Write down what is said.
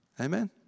Amen